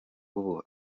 ubu